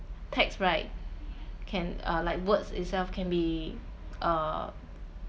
texts right can uh like words itself can be uh